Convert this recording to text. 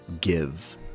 give